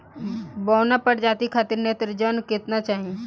बौना प्रजाति खातिर नेत्रजन केतना चाही?